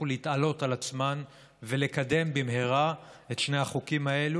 להתעלות על עצמן ולקדם במהרה את שני החוקים האלה,